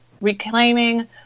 reclaiming